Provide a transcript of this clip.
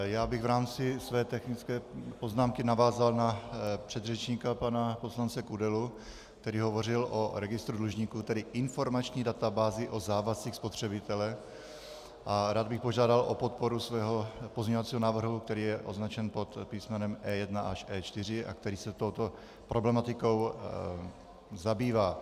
Já bych v rámci své technické poznámky navázal na předřečníka pana poslance Kudelu, který hovořil o registru dlužníků, tedy informační databázi o závazcích spotřebitele, a rád bych požádal o podporu svého pozměňovacího návrhu, který je označen písmenem E1 až E4 a který se touto problematikou zabývá.